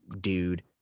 dude